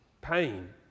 pain